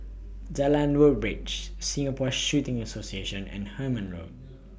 Jalan Woodbridge Singapore Shooting Association and Hemmant Road